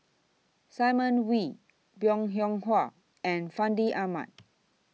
Simon Wee Bong Hiong Hwa and Fandi Ahmad